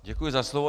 Děkuji za slovo.